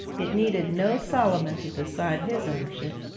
it needed no solomon to decide his ownership!